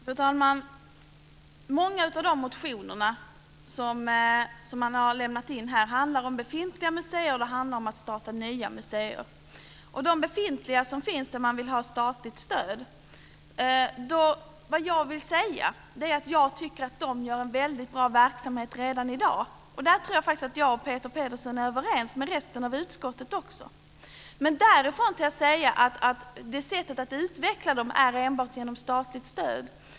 Fru talman! Många av de motioner som har lämnats in här handlar om befintliga museer och om att starta nya museer. Jag tycker att de befintliga museer som vill ha statligt stöd har en väldigt bra verksamhet redan i dag. Där tror jag faktiskt att jag och Peter Pedersen är överens med resten av utskottet också. Men man kan inte gå därifrån till att säga att de kan utvecklas enbart genom statligt stöd.